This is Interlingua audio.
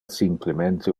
simplemente